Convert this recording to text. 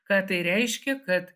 ką tai reiškia kad